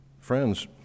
Friends